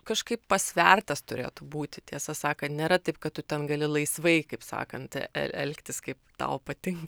kažkaip pasvertas turėtų būti tiesą sakant nėra taip kad tu ten gali laisvai kaip sakant e elgtis kaip tau patinka